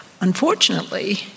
Unfortunately